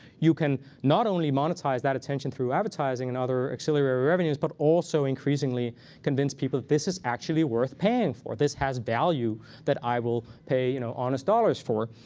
you can not only monetize that attention through advertising and other auxiliary revenues, but also increasingly convince people this is actually worth paying for. this has value that i will pay you know honest dollars for.